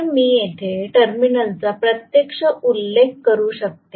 तर मी येथे टर्मिनलचा प्रत्यक्ष उल्लेख करू शकते